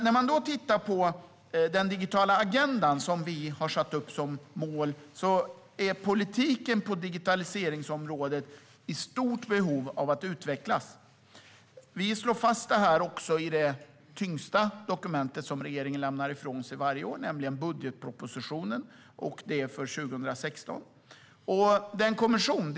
När man tittar på vår digitala agenda och de mål vi satt upp kan man konstatera att politiken på digitaliseringsområdet är i stort behov av att utvecklas. Vi slår också fast detta i det tyngsta dokument som regeringen lämnar ifrån sig varje år, nämligen budgetpropositionen, i det här fallet för 2016.